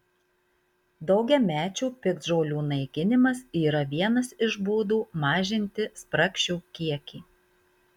daugiamečių piktžolių naikinimas yra vienas iš būdų mažinti spragšių kiekį